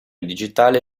digitale